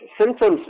symptoms